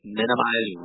minimize